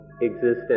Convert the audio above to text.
existence